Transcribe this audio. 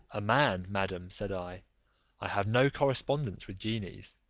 a man, madam, said i i have no correspondence with genies.